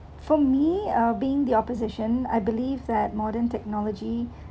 for me uh being the opposition I believe that modern technology